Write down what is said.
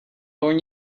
born